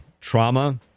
trauma